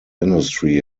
industry